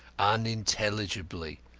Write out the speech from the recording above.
unintelligibly,